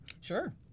Sure